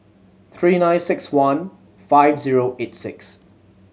three nine six one five zero eight six